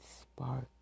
spark